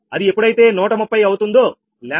అది ఎప్పుడైతే 130 అవుతుందో 𝜆78